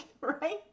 Right